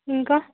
ఇంకా